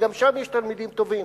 וגם שם יש תלמידים טובים.